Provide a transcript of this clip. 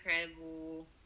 incredible